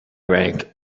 rank